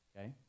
Okay